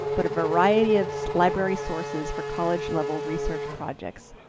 but a variety of so library resources for college-level research projects.